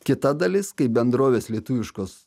kita dalis kaip bendrovės lietuviškos